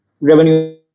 revenue